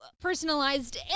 personalized